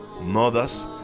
Mothers